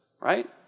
right